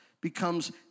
becomes